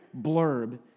blurb